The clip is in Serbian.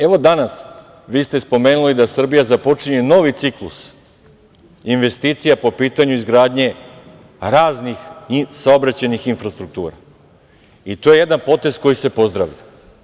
Evo danas vi ste spomenuli da Srbija započinje novi ciklus investicija po pitanju izgradnje raznih saobraćajnih infrastruktura i to je jedan potez koji se pozdravlja.